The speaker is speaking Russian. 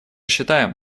считаем